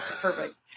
Perfect